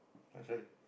that's why